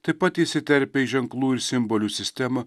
taip pat įsiterpė į ženklų ir simbolių sistemą